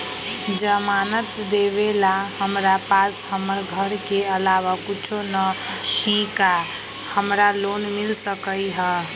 जमानत देवेला हमरा पास हमर घर के अलावा कुछो न ही का हमरा लोन मिल सकई ह?